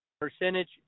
percentage